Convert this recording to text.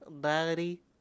Daddy